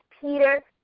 Peter